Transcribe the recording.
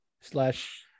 slash